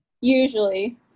Usually